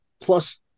Plus